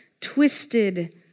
twisted